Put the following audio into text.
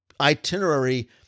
itinerary